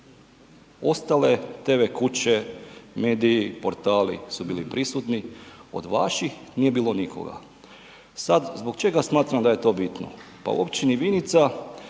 Ostale TV kuće, mediji, portali su bili prisutni, do vaših nije bilo nikoga. Sad zbog čega smatram da je to bitno? Pa u općini Vinica